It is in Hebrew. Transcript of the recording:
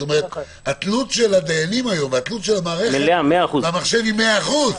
זאת אומרת שהתלות של הדיינים והמערכת במחשב היא מאה אחוז.